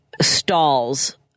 stalls